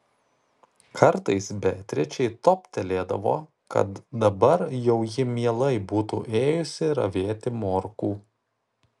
kartais beatričei toptelėdavo kad dabar jau ji mielai būtų ėjusi ravėti morkų